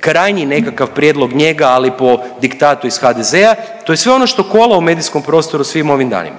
krajnji nekakav prijedlog njega, ali po diktatu iz HDZ-a, to je sve ono što kola u medijskom prostoru svim ovim danima,